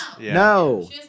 No